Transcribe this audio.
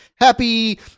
happy